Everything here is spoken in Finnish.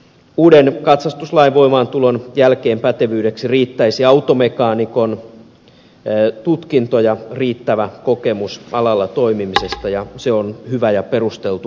uuden katsastuslain voimaantulon jälkeen pätevyydeksi riittäisi automekaanikon tutkinto ja riittävä kokemus alalla toimimisesta ja se on hyvä ja perusteltu uudistus